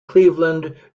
cleveland